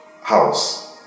house